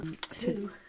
Two